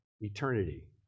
eternity